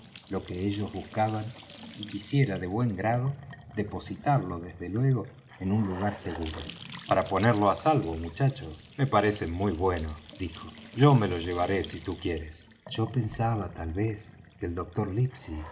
lo que ellos buscaban y quisiera de buen grado depositarlo desde luego en un lugar seguro para ponerlo á salvo muchacho me parece muy bueno dijo yo me lo llevaré si tú quieres yo pensaba tal vez que el doctor